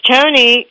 Tony